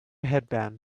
headband